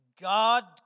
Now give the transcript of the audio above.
God